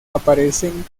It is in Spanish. aparecen